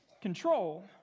control